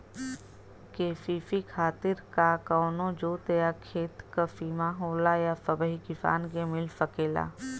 KCC खातिर का कवनो जोत या खेत क सिमा होला या सबही किसान के मिल सकेला?